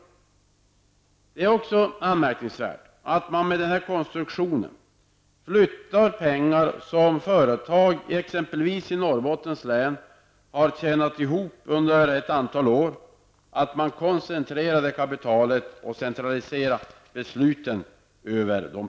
Jag tycker att det är anmärkningsvärt att man med denna konstruktion flyttar pengar som företag i exempelvis Norrbottens län har tjänat ihop under ett antal år, koncentrerar detta kapital och centraliserar besluten över dem.